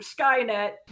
Skynet